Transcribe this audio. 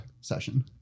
session